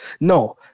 no